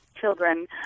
children